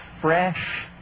fresh